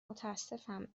متاسفم